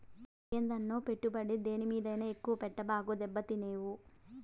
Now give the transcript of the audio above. ఏందన్నో, పెట్టుబడి దేని మీదైనా ఎక్కువ పెట్టబాకు, దెబ్బతినేవు